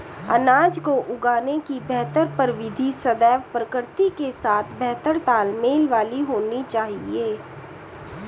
अनाज को उगाने की बेहतर प्रविधि सदैव प्रकृति के साथ बेहतर तालमेल वाली होनी चाहिए